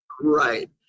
Right